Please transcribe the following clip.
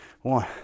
One